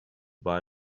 buy